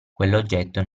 quell’oggetto